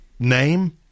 Name